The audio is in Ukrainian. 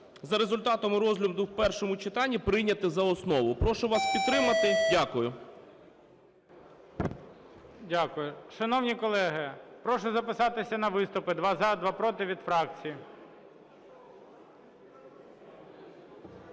за результатами розгляду в першому читанні прийняти за основу. Прошу вас підтримати. Дякую. ГОЛОВУЮЧИЙ. Дякую. Шановні колеги, прошу записатися на виступи: два – за, два – проти, від фракцій.